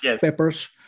Peppers